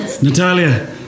Natalia